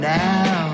now